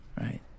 right